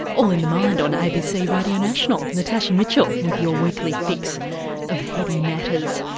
all in the mind on abc radio national. natasha mitchell with your weekly fix of heady matters.